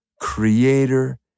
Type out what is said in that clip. creator